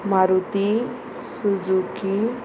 Maruti Suzuki